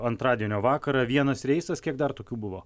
antradienio vakarą vienas reisas kiek dar tokių buvo